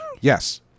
Yes